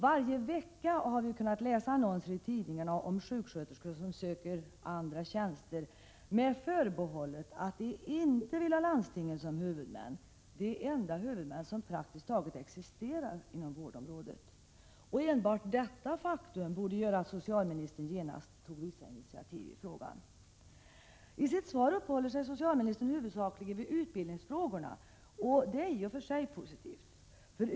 Varje vecka har vi kunnat läsa annonser i tidningarna om sjuksköterskor som söker andra tjänster, med förbehållet att de inte vill ha landstingen som huvudmän — de enda huvudmän som praktiskt taget existerar inom vårdområdet. Enbart detta faktum borde göra att socialministern genast tog vissa initiativ i frågan. I sitt svar uppehåller sig socialministern huvudsakligen vid utbildningsfrågorna, och det är i och för sig positivt.